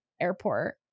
airport